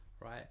right